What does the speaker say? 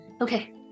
Okay